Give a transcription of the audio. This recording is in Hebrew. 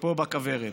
פה בכוורת.